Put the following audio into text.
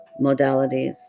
modalities